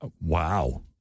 wow